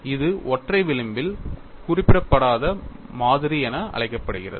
இது ஒற்றை விளிம்பில் குறிப்பிடப்படாத மாதிரி என அழைக்கப்படுகிறது